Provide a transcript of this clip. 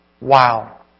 Wow